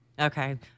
Okay